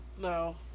No